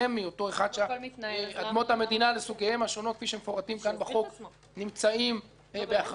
אותו אחד שאדמות המדינה לסוגיהן השונות נמצאים באחריותו,